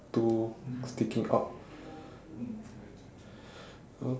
two sticking out